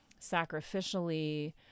sacrificially